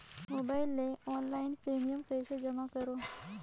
Mobile ले online premium कइसे जमा करों?